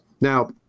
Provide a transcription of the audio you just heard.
now